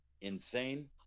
insane